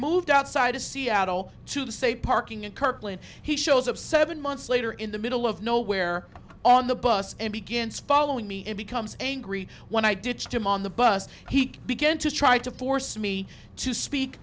moved outside of seattle to say parking in kirkland he shows up seven months later in the middle of nowhere on the bus and begins following me and becomes angry when i did to on the bus he began to try to force me to speak